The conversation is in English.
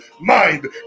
mind